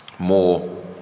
more